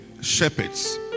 shepherds